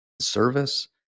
service